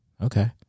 Okay